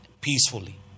peacefully